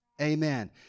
Amen